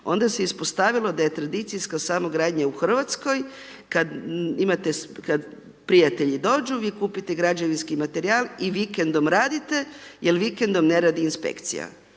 onda se ispostavilo da je tradicijska samogradnja u Hrvatskoj, kad imate, kad prijatelji dođu, vi kupite građevinski materijal i vikendom radite, jer vikendom ne radi inspekcija,